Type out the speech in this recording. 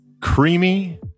Creamy